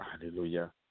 Hallelujah